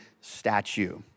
statue